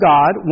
God